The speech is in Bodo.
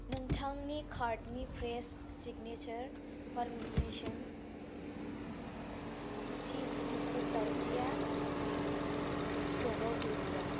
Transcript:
नोंथांनि कार्टनि फ्रेश सिगनेसार पारमिसन चिज बिस्कुट लाउथिया स्टकआव गैलिया